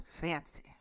fancy